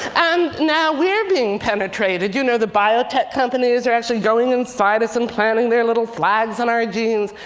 and now we're being penetrated. you know the biotech companies are actually going inside us and planting their little flags on our genes.